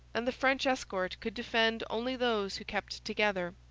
and the french escort could defend only those who kept together.